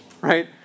right